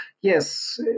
yes